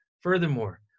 Furthermore